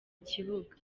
kibuga